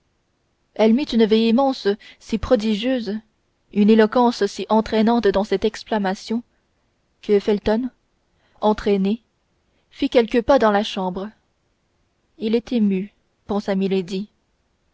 elle mit une véhémence si prodigieuse une éloquence si entraînante dans cette exclamation que felton entraîné fit quelques pas dans la chambre il est ému pensa milady cependant madame dit